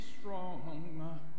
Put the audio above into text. strong